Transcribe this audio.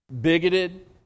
bigoted